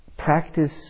Practice